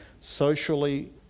socially